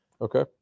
Okay